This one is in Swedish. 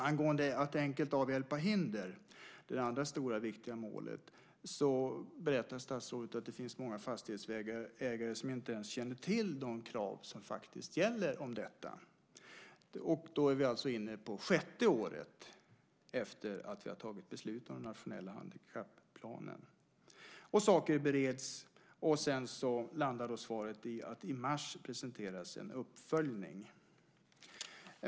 Angående att enkelt avhjälpa hinder, som är det andra stora och viktiga målet, berättar statsrådet att många fastighetsägare inte ens känner till de krav som gäller om detta. Då är vi alltså inne på det sjätte året efter det att vi tog beslut om den nationella handikapplanen. Saker bereds, och sedan landar svaret i att i mars presenteras en uppföljning.